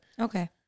Okay